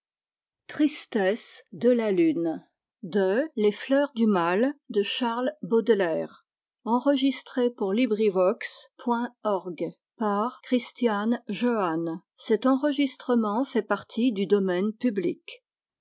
de la vie lecaractère de la poésie des fleurs du mal à